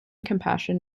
compassion